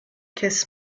kiss